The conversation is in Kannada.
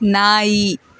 ನಾಯಿ